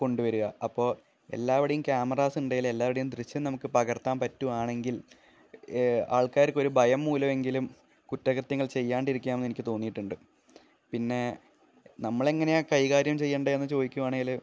കൊണ്ടുവരിക അപ്പോള് എല്ലാവടെയും ക്യാമറാസ്സുണ്ടേല് എല്ലാവരുടെയും ദൃശ്യം നമുക്ക് പകർത്താൻ പറ്റുവാണെങ്കില് ആൾക്കാർക്കൊരു ഭയം മൂലമെങ്കിലും കുറ്റ കൃത്യങ്ങൾ ചെയ്യാണ്ടിരിക്കാമെന്ന് എനിക്ക് തോന്നിയിട്ടുണ്ട് പിന്നെ നമ്മളെങ്ങനെയാണ് കൈകാര്യം ചെയ്യണ്ടേന്ന് ചോദിക്കുവാണേല്